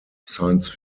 science